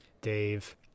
Dave